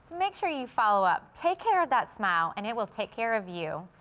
make sure you follow up. take care of that smile, and it will take care of you.